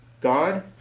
God